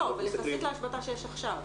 לא, יחסית להשבתה שיש עכשיו.